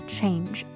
change